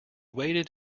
waded